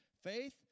faith